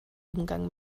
umgang